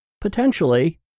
potentially